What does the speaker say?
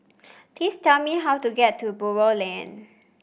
please tell me how to get to Buroh Lane